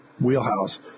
wheelhouse